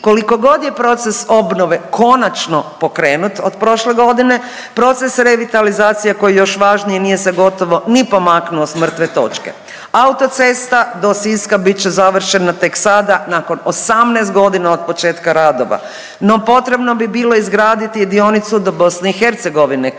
koliko god je proces obnove konačno pokrenut od prošle godine proces revitalizacije koji je još važniji nije se gotovo ni pomaknuo sa mrtve točke. Autocesta do Siska bit će završena tek sada nakon 18 godina od početka radova, no potrebno bi bilo izgraditi dionicu do Bosne i Hercegovine kao